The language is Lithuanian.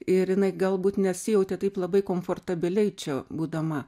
ir jinai galbūt nesijautė taip labai komfortabiliai čia būdama